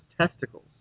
testicles